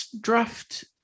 draft